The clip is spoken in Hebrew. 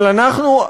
אבל אנחנו,